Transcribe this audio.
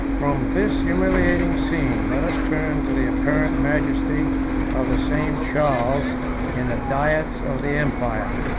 from this humiliating scene, let us turn to the apparent majesty of the same charles in the diets of the empire.